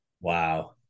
Wow